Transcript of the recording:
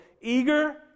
eager